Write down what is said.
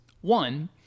One